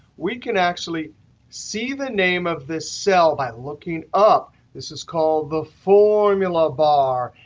we can actually see the name of this cell by looking up. this is called the formula bar.